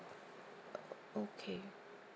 okay